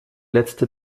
letzte